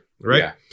right